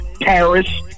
Paris